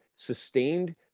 Sustained